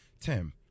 Tim